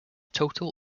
total